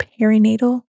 perinatal